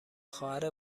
خواهر